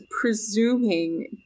presuming